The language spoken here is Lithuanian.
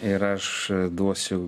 ir aš duosiu